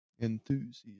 Enthusiast